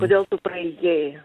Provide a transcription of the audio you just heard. kodėl tu praėjai